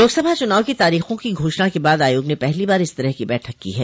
लोकसभा चुनाव की तारीखों की घोषणा के बाद आयोग ने पहली बार इस तरह की बैठक की है